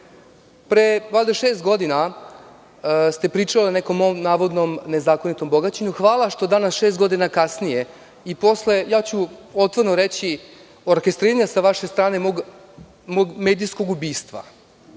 valjda, šest godina pričali ste o nekom mom navodnom nezakonitom bogaćenju. Hvala, što danas, šest godina kasnije, i posle, otvoreno ću reći, orkestriranja sa vaše strane mog medijskog ubistva.